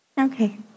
Okay